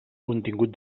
contingut